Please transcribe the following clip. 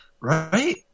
right